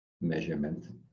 measurement